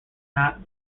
not